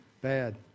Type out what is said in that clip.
Bad